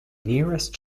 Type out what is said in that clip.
nearest